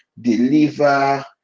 deliver